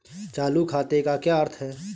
चालू खाते का क्या अर्थ है?